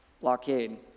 blockade